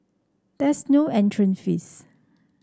there is no entrance fee